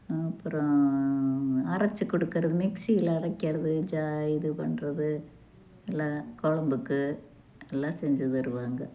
அப்புறோம் அரச்சு கொடுக்கறது மிக்சியில் அரைக்கிறது ஜா இது பண்ணுறது இல்லை குழம்புக்கு எல்லாம் செஞ்சு தருவாங்க